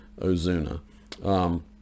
Ozuna